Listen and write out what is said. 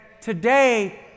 today